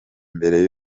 mbere